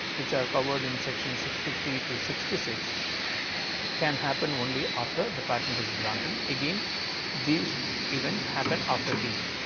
which are covered in section sixty three to sixty six can happen only after the patent is granted again these events happened after tg.